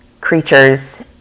creatures